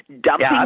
dumping